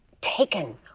Taken